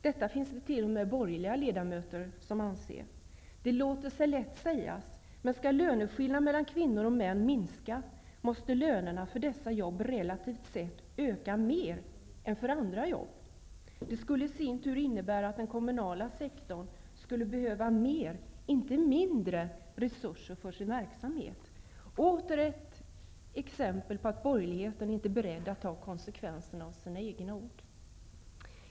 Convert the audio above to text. Detta finns det t.o.m. borgerliga ledamöter som anser. Det låter sig lätt sägas, men skall löneskillnaderna mellan kvinnor och män minska måste lönerna för dessa jobb relativt sett öka mer än för andra jobb. Det skulle i sin tur innebära att den kommunala sektorn skulle behöva mer, inte mindre, resurser för sin verksamhet. Det är återigen ett exempel på att borgerligheten inte är beredd att ta konsekvenserna av sina egna ord.